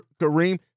Kareem